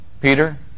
Peter